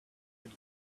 been